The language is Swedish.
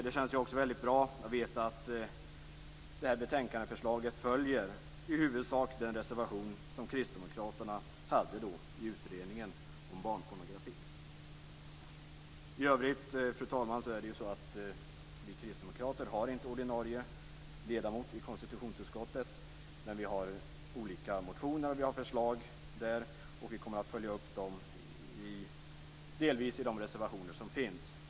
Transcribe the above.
Det känns också väldigt bra att detta betänkandeförslag i huvudsak följer den reservation som kristdemokraterna hade i utredningen om barnpornografi. Fru talman! Vi kristdemokrater har ingen ordinarie ledamot i konstitutionsutskottet, men vi har olika motioner och förslag som vi delvis kommer att följa upp i de reservationer som finns.